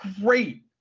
great